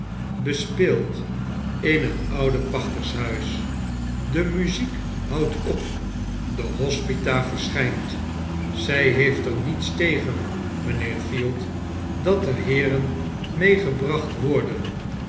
in het oude pachters huis de muziek houdt op de hospita verschynt zy heeft er niets tegen mynheer field dat er heeren meegebracht worden